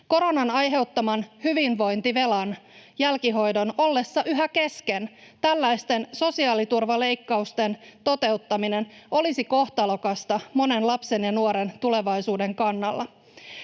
Koronan aiheuttaman hyvinvointivelan jälkihoidon ollessa yhä kesken tällaisten sosiaaliturvaleikkausten toteuttaminen olisi kohtalokasta monen lapsen ja nuoren tulevaisuuden kannalta.